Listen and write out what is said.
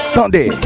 Sunday